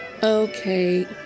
Okay